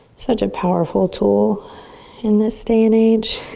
such a powerful tool in this day and age.